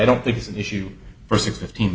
i don't think it's an issue for six fifteen